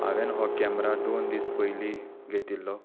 हांवेन हो कॅमेरा दोन दीस पयलीं घेतिल्लो